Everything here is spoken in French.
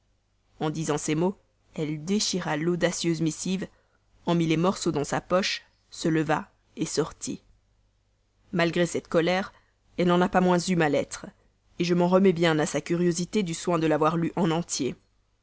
en disant ces mots elle déchira l'audacieuse missive en mit les morceaux dans sa poche se leva sortit malgré cette colère elle n'en a pas moins eu ma lettre je m'en remets bien à sa curiosité du soin de l'avoir lue en entier